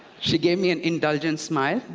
she gave me an indulgent smile,